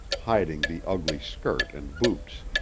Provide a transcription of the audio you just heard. hiding the ugly skirt and boots.